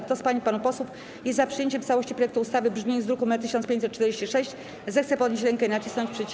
Kto z pań i panów posłów jest za przyjęciem w całości projektu ustawy w brzmieniu z druku nr 1546, zechce podnieść rękę i nacisnąć przycisk.